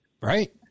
right